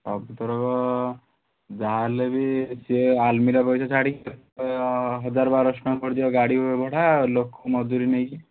ସବୁ ଥରକ ଯାହା ହେଲେବି ସିଏ ଆଲମାରି ପଇସା ଛାଡ଼ିକି ହଜାରେ ବାରଶ ଟଙ୍କା ପଡ଼ିଯିବ ଗାଡ଼ିଭଡ଼ା ଲୋକ ମଜୁରୀ ନେଇକି